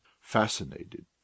Fascinated